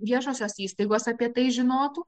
viešosios įstaigos apie tai žinotų